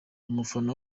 umufana